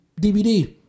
DVD